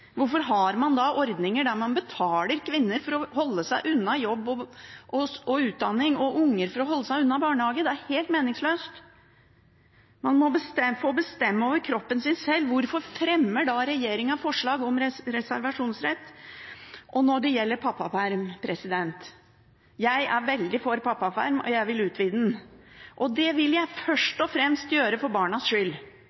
Hvorfor har man ordninger hvor man betaler kvinner for å holde seg unna jobb og utdanning, og hvor man betaler barn for å holde seg unna barnehager? Det er helt meningsløst. Man må få bestemme over kroppen sin selv. Hvorfor fremmer da regjeringen forslag om reservasjonsrett? Når det gjelder pappaperm: Jeg er veldig for pappaperm, og jeg vil utvide den. Det vil jeg